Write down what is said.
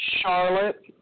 Charlotte